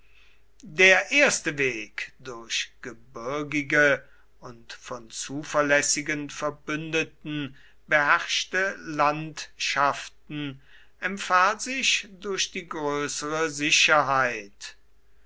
der erste weg durch gebirgige und von zuverlässigen verbündeten beherrschte landschaften empfahl sich durch die größere sicherheit